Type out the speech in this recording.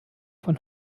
von